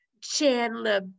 Chandler